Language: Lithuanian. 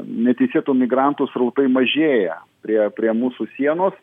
neteisėtų migrantų srautai mažėja prie prie mūsų sienos